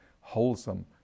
wholesome